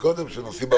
בבוקר למקומות החיוניים.